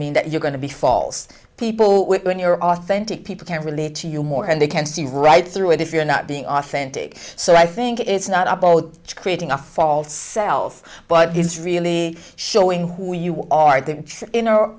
mean that you're going to be false people with when you're authentic people can relate to you more and they can see right through it if you're not being authentic so i think it's not a boat creating a false self but he's really showing who you are the inner